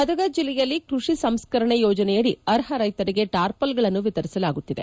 ಗದಗ ಜಿಲ್ಲೆಯಲ್ಲಿ ಕೃಷಿ ಸಂಸ್ಕರಣೆ ಯೋಜನೆಯಡಿ ಅರ್ಷ ರೈತರಿಗೆ ಟಾರ್ಪಲ್ಗಳನ್ನು ವಿತರಿಸಲಾಗುತ್ತಿದೆ